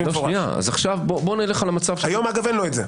אז בוא נלך על המצב --- היום אין את זה,